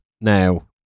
now